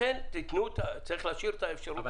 לכן צריך להשאיר את האפשרות הזאת.